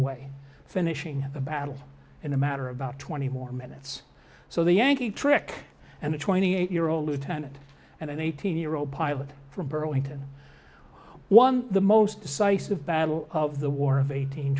away finishing the battle in a matter about twenty more minutes so the yankee trick and the twenty eight year old lieutenant and an eighteen year old pilot from burlington who won the most decisive battle of the war of eighteen